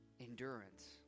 Endurance